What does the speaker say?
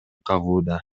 кагууда